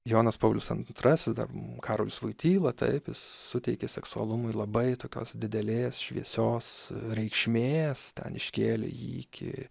jonas paulius antrasis dar karolis voityla taip jis suteikė seksualumui labai tokios didelės šviesios reikšmės ten iškėlė jį iki